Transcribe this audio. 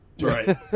right